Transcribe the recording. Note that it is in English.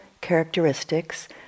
characteristics